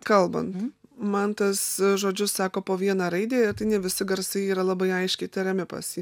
kalbant mantas žodžius sako po vieną raidę ir tai ne visi garsai yra labai aiškiai tariami pas jį